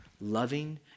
loving